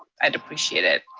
i'd appreciate it.